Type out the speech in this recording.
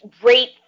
great